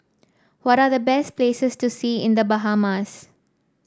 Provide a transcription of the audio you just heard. what are the best places to see in The Bahamas